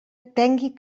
tengui